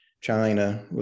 China